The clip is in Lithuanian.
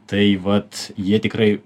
tai vat jie tikrai